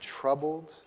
troubled